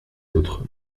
autres